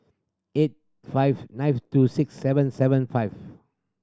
eight five nine two six seven seven five